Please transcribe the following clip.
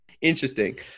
Interesting